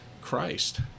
Christ